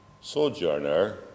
sojourner